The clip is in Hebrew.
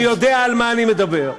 אני יודע על מה אני מדבר.